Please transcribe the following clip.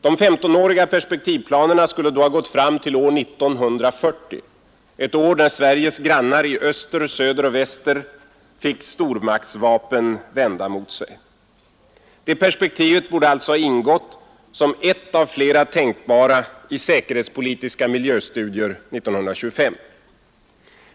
De femtonåriga perspektivplanerna skulle då ha gått fram till år 1940 — ett år då Sveriges grannar i öster, söder och väster fick stormaktsvapen vända mot sig. Det perspektivet borde alltså ha ingått som ett av flera tänkbara i säkerhetspolitiska miljöstudier 1925.